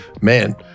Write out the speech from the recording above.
man